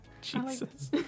Jesus